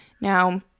Now